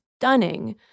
stunning